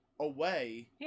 away